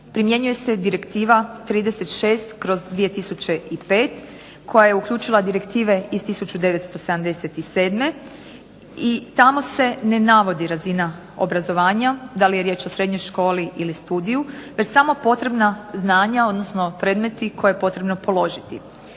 primjenjuje se direktiva 36/2005 koja je uključila direktive iz 1977. i tamo se ne navodi razina obrazovanja, da li je riječ o srednjoj školi ili studiju, već samo potrebna znanja, odnosno predmeti koje je potrebno položiti.